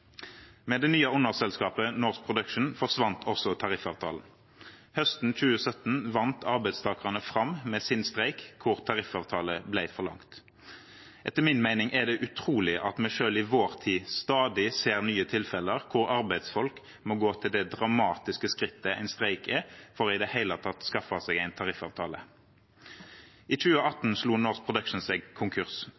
Med det nye underselskapet, Norse Production, forsvant også tariffavtalen. Høsten 2017 vant arbeidstakerne fram med streiken sin, hvor tariffavtale ble forlangt. Etter min mening er det utrolig at vi selv i vår tid stadig ser nye tilfeller hvor arbeidsfolk må gå til det dramatiske skrittet en streik er, for i det hele tatt å skaffe seg en tariffavtale. I